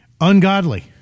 ungodly